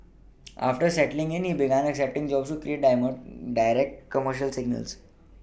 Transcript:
after settling in he began accepting jobs to direct commercials